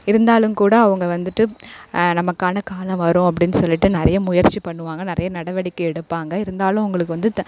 இருந்தாலும் கூட அவங்க வந்துட்டு நமக்கான காலம் வரும் அப்படின்னு சொல்லிவிட்டு நிறைய முயற்சி பண்ணுவாங்க நிறைய நடவடிக்கை எடுப்பாங்க இருந்தாலும் அவங்களுக்கு வந்து த